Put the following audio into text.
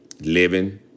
living